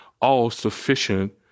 all-sufficient